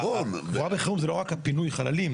הקבורה בחירום זה לא רק פינוי חללים,